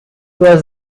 was